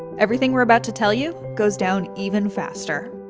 everything we're about to tell you goes down even faster.